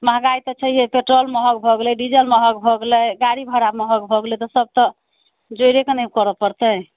मँहगाइ तऽ छहियै पेट्रोल महग भऽ गेलै डीजल महग भऽ गेलै गाड़ी भाड़ा महग भऽ गेलै से सब तऽ जोरि कऽ ने करऽ परतै